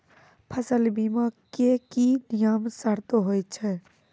फसल बीमा के की नियम सर्त होय छै?